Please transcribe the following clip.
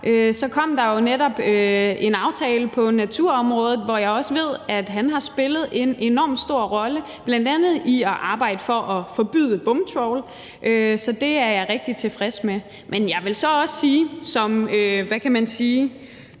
kom der netop en aftale på naturområdet, som jeg ved han har spillet en enormt stor rolle i, bl.a. ved at arbejde for at forbyde bomtrawl. Så det er jeg rigtig tilfreds med. Men jeg vil så også sige som, hvad kan man sige,